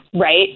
right